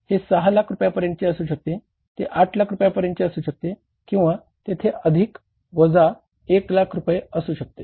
हे 6 लाख रुपयांपर्यंतचे असू शकते ते 8 लाख रुपयांपर्यंतचे असू शकते म्हणून तेथे अधिक वजा 1 लाख रुपये असू शकते